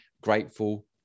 grateful